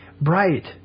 bright